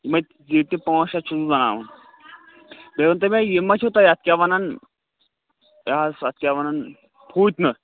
پانٛژھ شےٚ چھُس بَناوُن تُہۍ ؤنۍتو مےٚ یہِ مہ چھُو تۄہہِ اَتھ کیٛاہ وَنان یہِ حظ اَتھ کیٛاہ وَنان پھوٗتنہٕ